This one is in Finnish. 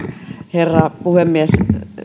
herra puhemies